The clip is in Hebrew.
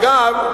אגב,